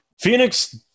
Phoenix